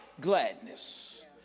gladness